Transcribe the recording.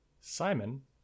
Simon